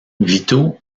vito